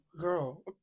girl